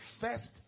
first